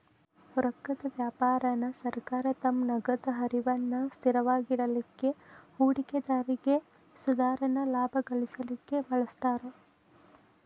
ರೊಕ್ಕದ್ ವ್ಯಾಪಾರಾನ ಸರ್ಕಾರ ತಮ್ಮ ನಗದ ಹರಿವನ್ನ ಸ್ಥಿರವಾಗಿಡಲಿಕ್ಕೆ, ಹೂಡಿಕೆದಾರ್ರಿಗೆ ಸಾಧಾರಣ ಲಾಭಾ ಗಳಿಸಲಿಕ್ಕೆ ಬಳಸ್ತಾರ್